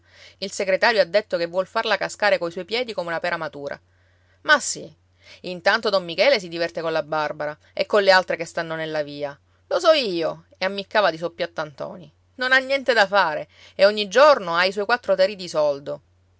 il segretario ha detto che vuol farla cascare coi suoi piedi come una pera matura ma sì intanto don michele si diverte colla barbara e con le altre che stanno nella via lo so io e ammiccava di soppiatto a ntoni non ha niente da fare e ogni giorno ha i suoi quattro tarì di soldo